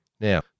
Now